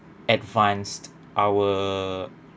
advanced our